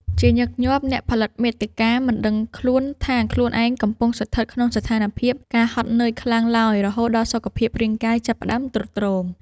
ជាញឹកញាប់ អ្នកផលិតមាតិកាមិនដឹងខ្លួនថាខ្លួនឯងកំពុងស្ថិតក្នុងស្ថានភាព ការហត់នឿយខ្លាំងឡើយ រហូតដល់សុខភាពរាងកាយចាប់ផ្ដើមទ្រុឌទ្រោម។